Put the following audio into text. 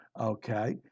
okay